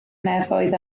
nefoedd